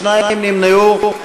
שניים נמנעו.